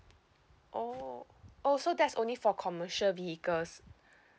oh oh so that's only for commercial vehicles